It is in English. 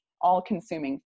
all-consuming